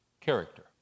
character